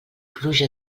pluja